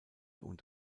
und